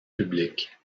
public